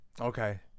Okay